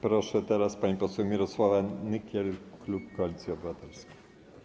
Proszę, teraz pani poseł Mirosława Nykiel, klub Koalicji Obywatelskiej.